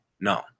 No